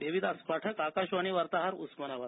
देविदास पाठक आकाशवाणी वार्ताहार उस्मानाबाद